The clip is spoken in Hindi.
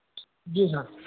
जी सर